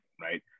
right